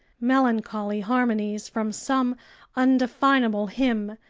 melancholy harmonies from some undefinable hymn,